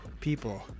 people